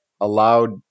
allowed